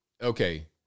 Okay